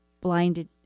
blinded